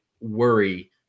worry